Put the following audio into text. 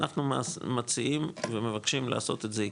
אנחנו מציעים ומבקשים לעשות את זה עקבי,